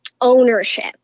ownership